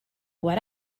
what